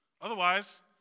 Otherwise